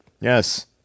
Yes